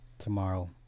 tomorrow